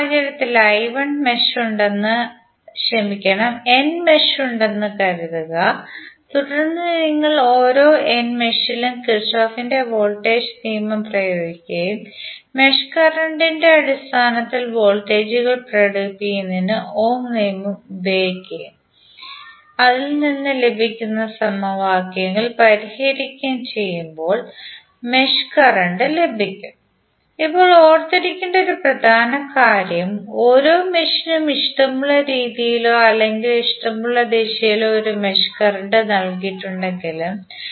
ഈ സാഹചര്യത്തിൽ n mesh ഉണ്ടെന്ന് കരുതുക തുടർന്ന് നിങ്ങൾ ഓരോ n മെഷിലും കിർചോഫിന്റെ വോൾട്ടേജ് നിയമം പ്രയോഗിക്കുകയും മെഷ് കറന്റ് ഇന്റെ അടിസ്ഥാനത്തിൽ വോൾട്ടേജുകൾ പ്രകടിപ്പിക്കുന്നതിന് ഓം നിയമം ഉപയോഗിക്കുകയും അതിൽ നിന്ന് ലഭിക്കുന്ന സമവാക്യങ്ങൾ പരിഹരിക്കുകയും ചെയ്യുമ്പോൾ മെഷ് കറന്റ് നിങ്ങൾക് ലഭിക്കും ഇപ്പോൾ ഓർത്തിരിക്കേണ്ട ഒരു പ്രധാന കാര്യം ഓരോ മെഷിനും ഇഷ്ടമുള്ള രീതിയിലോ അല്ലെങ്കിൽ ഇഷ്ടമുള്ള ദിശയിലോ ഒരു മെഷ് കറന്റ് നൽകിയിട്ടുണ്ടെങ്കിലും